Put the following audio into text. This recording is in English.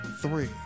three